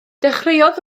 dechreuodd